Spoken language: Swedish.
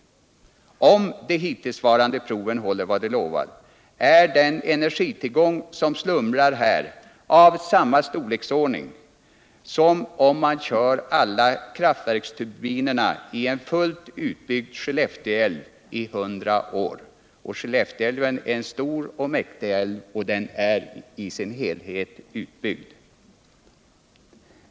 Om de hiuitlsvarande proven håller vad de lovar, är den energitllgång som slumrar här av samma storleksordning som om man kör alla kraftverksturbinerna i on fullt utbyggd Skellefteälv i 100 år — och Skellefteälven är en stor och mäktig älv som är i det närmaste helt utbyggd.